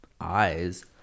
eyes